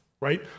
right